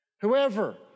Whoever